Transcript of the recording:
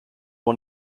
one